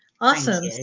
Awesome